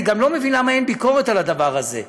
אני גם לא מבין למה אין ביקורת על הדבר הזה.